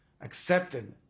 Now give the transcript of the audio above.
accepted